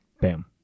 Bam